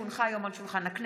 כי הונחו היום על שולחן הכנסת,